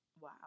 wow